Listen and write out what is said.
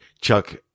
chuck